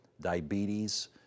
diabetes